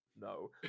No